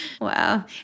Wow